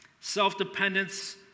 self-dependence